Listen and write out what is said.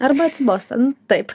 arba atsibosta nu taip